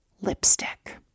Lipstick